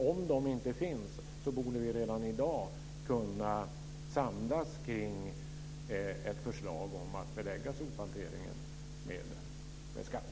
Om de inte finns borde vi redan i dag kunna samlas kring ett förslag om att belägga sophanteringen med en skatt.